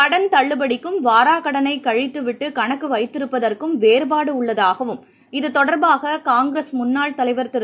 கடன் தள்ளுபடிக்கும் வாரக் கடனை கழித்து விட்டு கணக்கு வைத்திருப்பதற்கும் வேறுபாடு உள்ளதாகவும் இது தொடர்பாக காங்கிரஸ் முன்னாள் தலைவர் திரு